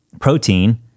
Protein